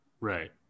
Right